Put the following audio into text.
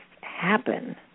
happen